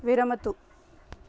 विरमतु